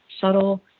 shuttle